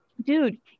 dude